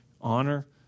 honor